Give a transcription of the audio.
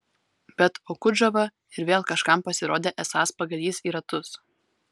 bet okudžava ir vėl kažkam pasirodė esąs pagalys į ratus